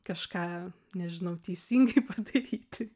kažką nežinau teisingai padaryti